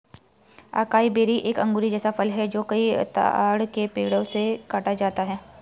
acai berry एक अंगूर जैसा फल है जो अकाई ताड़ के पेड़ों से काटा जाता है